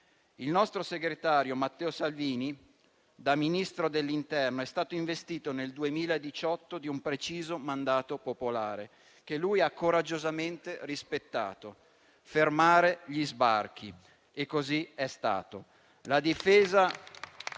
Il nostro segretario Matteo Salvini, da Ministro dell'interno, è stato investito nel 2018 di un preciso mandato popolare, che lui ha coraggiosamente rispettato: fermare gli sbarchi. E così è stato.